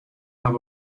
have